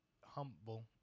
humble